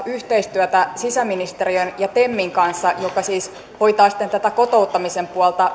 yhteistyötä ja yhteistyön syventämistä olette sisäministeriön ja temin kanssa joka siis hoitaa sitten tätä kotouttamisen puolta